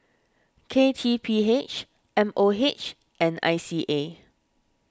K T P H M O H and I C A